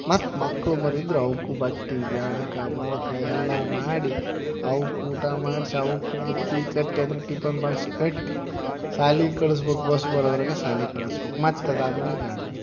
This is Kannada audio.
ಮತ್ತು ಮಕ್ಳು ಮರಿ ಇದ್ರೆ ಅವಕ್ಕೂ ಬಟ್ಟೆ ಜಳಕ ಮಳಕ ಎಲ್ಲ ಮಾಡಿ ಅವ್ಕೆ ಊಟ ಮಾಡ್ಸಿ ಅವ್ಕೆ ಬುತ್ತಿ ಕಟ್ಟಿ ಅದ್ರ ಟಿಪನ್ ಬಾಕ್ಸ್ ಕಟ್ಟಿ ಸಾಲಿಗೆ ಕಳ್ಸ್ಬಕು ಬಸ್ ಬರೋದ್ರಾಗ ಸಾಲಿಗೆ ಕಳಿಸ್ಬೇಕು ಮತ್ತು ಅದಾದ್ಮೇಲೆ ಗಂಡನ್ನ